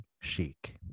chic